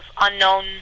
unknown